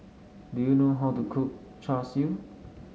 do you know how to cook Char Siu